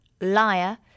liar